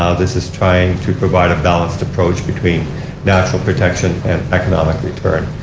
ah this is trying to provide a balanced approach between natural protection and economic return.